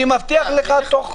אני מבטיח לך בתוך